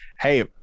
hey